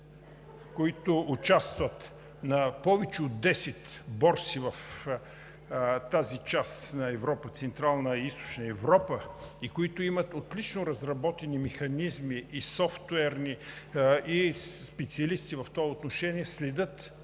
които участват на повече от 10 борси в тази част на Европа – Централна и Източна Европа, и имат отлично разработени софтуерни механизми и специалисти в това отношение, следят